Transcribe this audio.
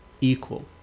Equal